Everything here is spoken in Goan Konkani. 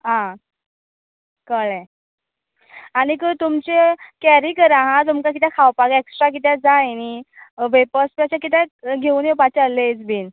आं कळ्ळें आनीक तुमचें केरी करा हां तुमकां खावपाक कितें एक्ट्रा कितें जाय न्ही वेफरर्स बी अशें किदें घेवुन येपाचे लेस बीन